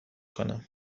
کنم